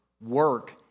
work